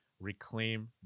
reclaim